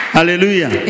Hallelujah